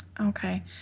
Okay